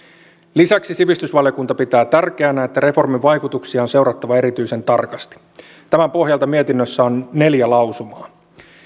lisäksi sivistysvaliokunta pitää tärkeänä että reformin vaikutuksia on seurattava erityisen tarkasti tämän pohjalta mietinnössä on neljä lausumaa